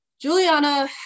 Juliana